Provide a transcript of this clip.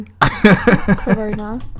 Corona